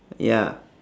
ya